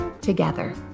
together